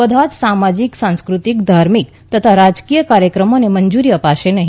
બધા જ સામજીક સાંસ્ક્રતિક ધાર્મિક તથા રાજકીય કાર્યક્રમોને મંજૂરી અપાશે નહી